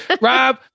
Rob